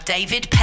David